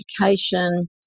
education